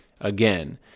again